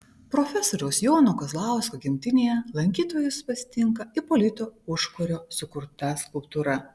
profesoriaus jono kazlausko gimtinėje lankytojus pasitinka ipolito užkurio sukurta skulptūra